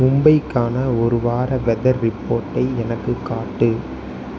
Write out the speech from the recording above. மும்பைக்கான ஒரு வார வெதர் ரிப்போர்ட்டை எனக்குக் காட்டு